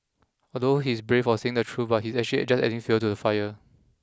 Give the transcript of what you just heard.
although he's brave for saying the truth but he's actually just adding fuel to the fire